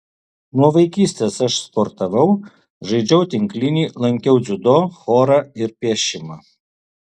nuo vaikystės aš sportavau žaidžiau tinklinį lankiau dziudo chorą ir piešimą